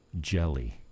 jelly